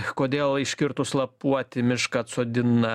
kodėl iškirtus lapuotį mišką atsodina